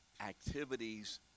activities